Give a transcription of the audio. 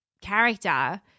character